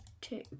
Two